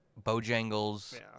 Bojangles